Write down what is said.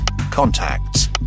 contacts